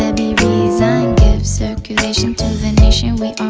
ah be reason give circulation to the nation we